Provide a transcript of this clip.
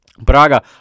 Braga